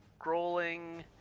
scrolling